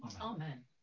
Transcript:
Amen